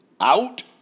Out